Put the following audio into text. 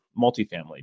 multifamily